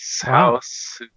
house